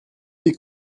die